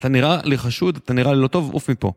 אתה נראה לי חשוד, אתה נראה לא טוב, עוף מפה.